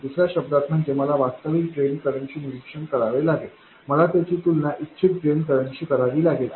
तर दुसऱ्या शब्दांत म्हणजे मला वास्तविक ड्रेन करंट चे निरीक्षण करावे लागेल मला त्याची तुलना इच्छित ड्रेन करंटशी करावी लागेल